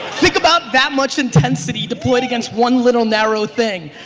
think about that much intensity deployed against one little narrow thing.